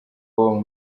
buba